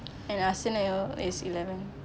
and arsenal is eleven